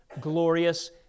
glorious